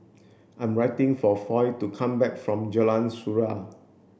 I'm waiting for Foy to come back from Jalan Surau